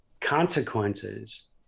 Consequences